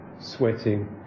Sweating